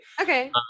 okay